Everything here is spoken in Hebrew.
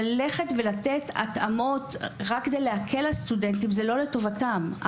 לתת התאמות רק כדי להקל על סטודנטים זה לא לטובתם.